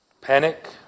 Panic